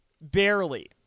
barely